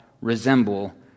resemble